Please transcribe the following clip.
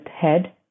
head